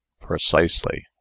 Precisely